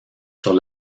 sur